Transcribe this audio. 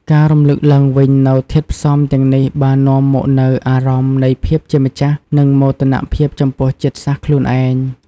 ការរំឭកឡើងវិញនូវធាតុផ្សំទាំងនេះបាននាំមកនូវ អារម្មណ៍នៃភាពជាម្ចាស់ និងមោទនភាពចំពោះជាតិសាសន៍ខ្លួនឯង។